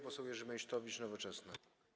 Poseł Jerzy Meysztowicz, Nowoczesna.